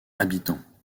habitants